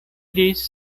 iris